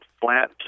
flat